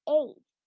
age